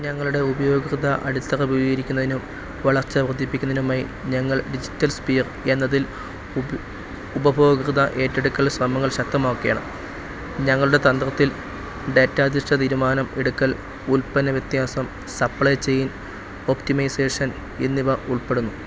ഞങ്ങളുടെ ഉപയോക്തൃ അടിത്തറ വിപുലീകരിക്കുന്നതിനും വളർച്ച വർദ്ധിപ്പിക്കുന്നതിനുമായി ഞങ്ങൾ ഡിജിറ്റൽ സ്ഫിയർ എന്നതിൽ ഉപഭോക്തൃ ഏറ്റെടുക്കൽ ശ്രമങ്ങൾ ശക്തമാക്കുകയാണ് ഞങ്ങളുടെ തന്ത്രത്തിൽ ഡാറ്റാധിഷ്ഠിത തീരുമാനം എടുക്കൽ ഉൽപ്പന്ന വ്യത്യാസം സപ്ലൈ ചെയിൻ ഒപ്റ്റിമൈസേഷൻ എന്നിവ ഉൾപ്പെടുന്നു